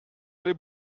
allez